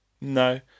no